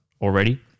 already